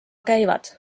käivad